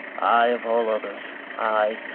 i, of all others i,